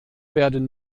werden